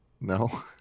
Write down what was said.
no